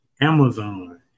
Amazon